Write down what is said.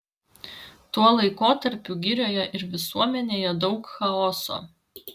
tuo laikotarpiu girioje ir visuomenėje daug chaoso